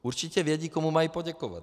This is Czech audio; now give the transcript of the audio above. Určitě vědí, komu mají poděkovat.